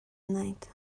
night